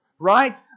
Right